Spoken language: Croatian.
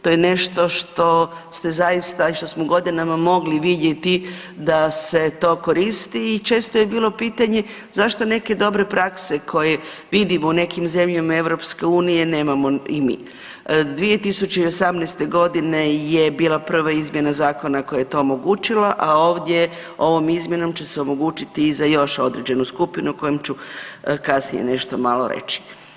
To je nešto što ste zaista i što smo godinama mogli vidjeti da se to koristi i često je bilo pitanje zašto neke dobre prakse koje vidimo u nekim zemljama EU nemamo i mi. 2018. godine je bila prva izmjena zakona koja je to omogućila, a ovdje ovom izmjenom će se omogućiti i za još određenu skupinu o kojom ću kasnije nešto malo reći.